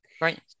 Right